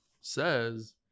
says